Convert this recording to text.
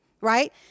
right